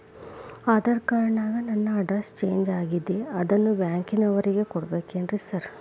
Aadhaar card ನ್ಯಾಗ ನನ್ address change ಆಗ್ಯಾದ ಅದನ್ನ ಬ್ಯಾಂಕಿನೊರಿಗೆ ಕೊಡ್ಬೇಕೇನ್ರಿ ಸಾರ್?